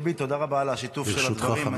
דבי, תודה רבה על השיתוף של הדברים.